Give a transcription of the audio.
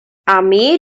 armee